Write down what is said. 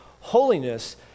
Holiness